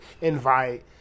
invite